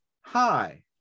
Hi